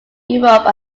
europe